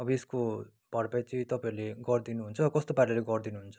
अब यसको भरपाई चाहिँ तपाईँहरूले गरिदिनुहुन्छ कस्तो पाराले गरिदिनुहुन्छ